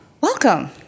welcome